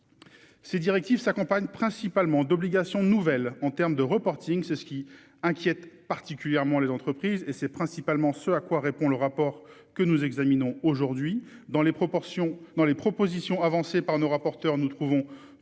Ces directives s'accompagne principalement d'obligations nouvelles en terme de reporting. C'est ce qui inquiète particulièrement les entreprises et c'est principalement ce à quoi répond le rapport que nous examinons aujourd'hui dans les proportions dans les propositions avancées par nos rapporteurs nous trouvons